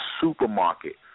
supermarket